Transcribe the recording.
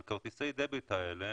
על כרטיסי הדביט האלה,